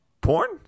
Porn